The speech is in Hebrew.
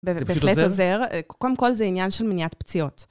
זה בהחלט עוזר. קודם כל זה עניין של מניעת פציעות.